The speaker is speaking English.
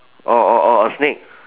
or or or a snake